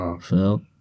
Phil